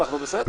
אנחנו בסדר.